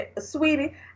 sweetie